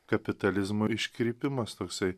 kapitalizmo iškrypimas toksai